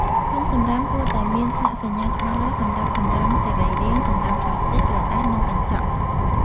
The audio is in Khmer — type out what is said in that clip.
ធុងសំរាមគួរតែមានស្លាកសញ្ញាច្បាស់លាស់សម្រាប់សំរាមសរីរាង្គ សំរាមប្លាស្ទិក ក្រដាស និងកញ្ចក់។